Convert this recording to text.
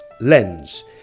lens